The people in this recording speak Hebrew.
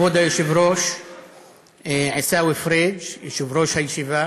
כבוד היושב-ראש עיסאווי פריג', יושב-ראש הישיבה,